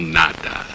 nada